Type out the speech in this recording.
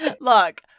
Look